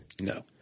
No